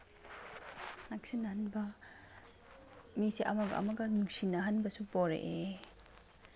ꯅꯛꯁꯤꯟꯅꯍꯟꯕ ꯃꯤꯁꯦ ꯑꯃꯒ ꯑꯃꯒ ꯅꯨꯡꯁꯤꯅꯍꯟꯕꯁꯨ ꯄꯣꯔꯛꯑꯦ